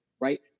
right